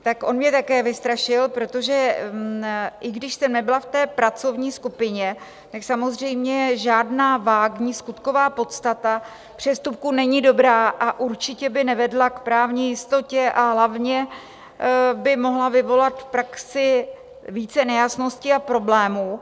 Tak on mě také vystrašil, protože i když jsem nebyla v té pracovní skupině, tak samozřejmě žádná vágní skutková podstata přestupku není dobrá, určitě by nevedla k právní jistotě, a hlavně by mohla vyvolat v praxi více nejasností a problémů.